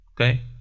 Okay